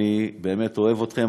אני באמת אוהב אתכם.